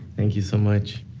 thank you so much